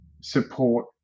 support